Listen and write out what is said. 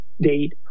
date